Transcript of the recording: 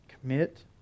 commit